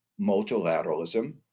multilateralism